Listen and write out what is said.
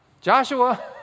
joshua